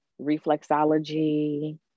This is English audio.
reflexology